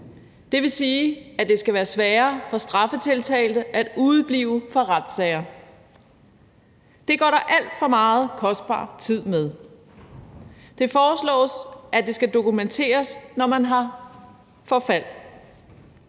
Det vil sige, at det skal være sværere for straffetiltalte at udeblive fra retssager. Det går der alt for meget kostbar tid med. Det foreslås, at det skal dokumenteres, når man har forfald.